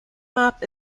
map